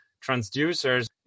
transducers